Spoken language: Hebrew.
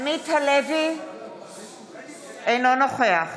אינו נוכח